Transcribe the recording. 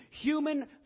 Human